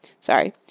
sorry